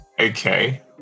Okay